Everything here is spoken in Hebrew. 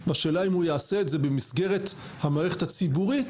השאלה האם הוא יעשה את זה במסגרת המערכת הציבורית,